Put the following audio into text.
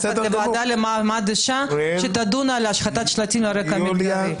לוועדה לקידום מעמד האישה שתדון על השחתת שלטים על רקע מגדרי.